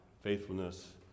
faithfulness